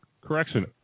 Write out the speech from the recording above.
correction